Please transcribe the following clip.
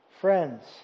Friends